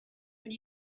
when